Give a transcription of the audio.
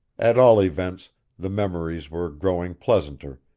at all events the memories were growing pleasanter,